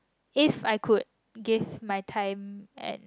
if I could give my time and